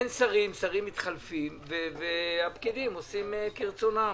אין שרים, השרים מתחלפים והפקידים עושים כרצונם,